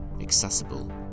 accessible